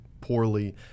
poorly